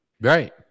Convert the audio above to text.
Right